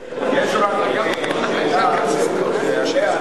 יש רק שאלה שעליה אני לא יודע,